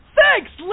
Thanks